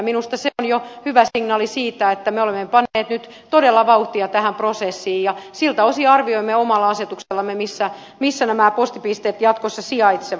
minusta se on jo hyvä signaali että me olemme panneet nyt todella vauhtia tähän prosessiin ja siltä osin arvioimme omalla asetuksellamme missä nämä postipisteet jatkossa sijaitsevat